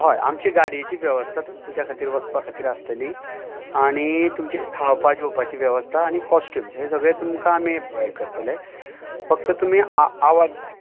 हय आमचे गाडयेची वेवस्ता तुमच्या खातीर वचपा खातीर आसतली आनी तुमचे खावपा जेवपाचे वेवस्ता आनी कोस्ट्यूम हें सगळें तुमकां आमी हें करतले फक्त तुमी आ आवाज